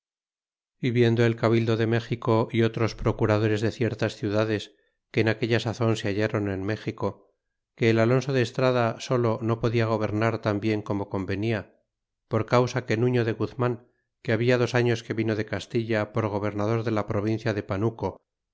viendo el cabildo de méxico é otros procuradores de ciertas ciudades que en aquella sazon se hallaron en méxico que el alonso de estrada solo no podia gobernar tan bien como convenia por causa que nato de guzman que habia dos años que vino de castiha por gobernador de la provincia de panuco